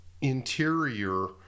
interior